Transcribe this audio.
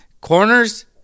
Corners